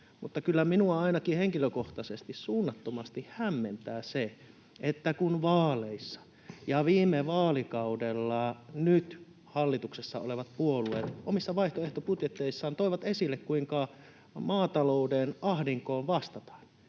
Mutta kyllä minua ainakin henkilökohtaisesti suunnattomasti hämmentää se, että kun vaaleissa ja viime vaalikaudella nyt hallituksessa olevat puolueet omissa vaihtoehtobudjeteissaan toivat esille, kuinka maatalouden ahdinkoon vastataan,